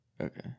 Okay